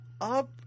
up